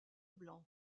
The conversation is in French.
blanc